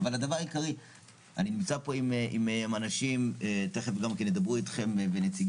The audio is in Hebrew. נמצאים פה הנציגים, הם ידברו איתכם.